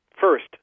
First